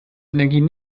energien